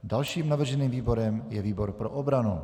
Dalším navrženým výborem je výbor pro obranu.